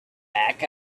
pack